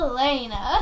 Elena